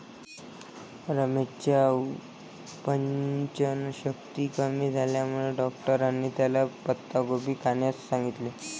रमेशच्या पचनशक्ती कमी झाल्यामुळे डॉक्टरांनी त्याला पत्ताकोबी खाण्यास सांगितलं